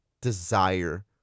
desire